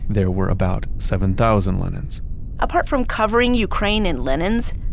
there were about seven thousand lenins apart from covering ukraine in lenins,